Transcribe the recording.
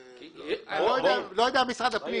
לא יודע על משרד הפנים.